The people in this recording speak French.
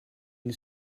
une